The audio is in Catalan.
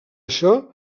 això